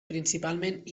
principalment